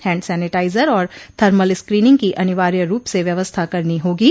hand sanitiser और thermal screening की अनिवार्य रूप से व्यवस्था करनी होगो